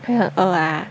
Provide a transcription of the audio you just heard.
会不会很饿 ah